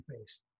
face